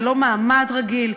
זה לא מעמד רגיל.